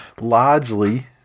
largely